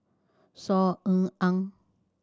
Saw Ean Ang